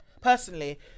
Personally